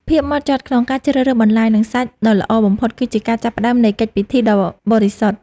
ភាពហ្មត់ចត់ក្នុងការជ្រើសរើសបន្លែ និងសាច់ដ៏ល្អបំផុត គឺជាការចាប់ផ្តើមនៃកិច្ចពិធីដ៏បរិសុទ្ធ។